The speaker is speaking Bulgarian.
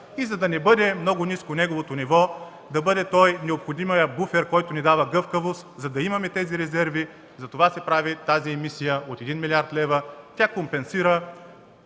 За да не бъде много ниско неговото ниво, за да бъде той необходимият буфер, който ни дава гъвкавост, за да имаме тези резерви, затова се прави емисията от един милиард лева. Тя компенсира